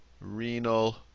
renal